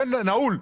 יהיה נעול,